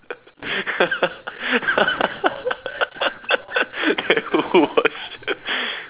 the who wash us